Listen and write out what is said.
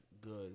good